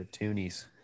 toonies